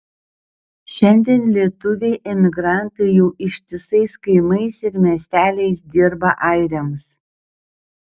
šiandien lietuviai emigrantai jau ištisais kaimais ir miesteliais dirba airiams